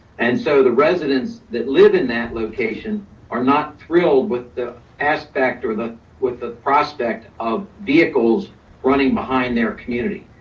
and so the residents that live in that location are not thrilled with the aspect or with the prospect of vehicles running behind their community.